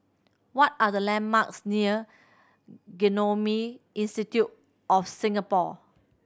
what are the landmarks near Genome Institute of Singapore